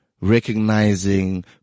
recognizing